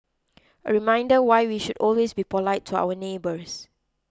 a reminder why we should always be polite to our neighbours